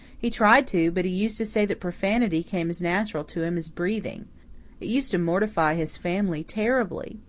he tried to, but he used to say that profanity came as natural to him as breathing. it used to mortify his family terribly.